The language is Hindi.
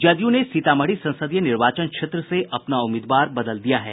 जदयू ने सीतामढ़ी संसदीय निर्वाचन क्षेत्र से अपना उम्मीदवार बदल दिया है